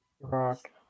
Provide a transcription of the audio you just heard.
Rock